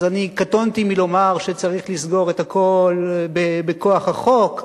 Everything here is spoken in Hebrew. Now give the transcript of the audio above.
אז אני קטונתי מלומר שצריך לסגור את הכול בכוח החוק,